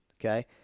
okay